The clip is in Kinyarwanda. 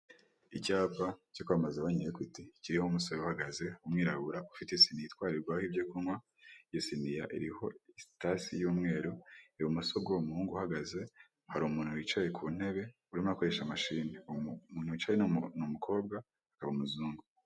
Mu muhanda hari abantu benshi bari guturuka mu mpande zitandukanye. Hari umuhanda w'abanyamaguru hejuru hari na kaburimbo iri kunyuramo moto hagati aho abantu ba bari kunyura cyangwa ku mpande z'uwo muhanda abanyamaguru bari kunyuramo hari inyubako ku ruhande rw'iburyo no kuhande rw'ibumoso hino hari ipoto.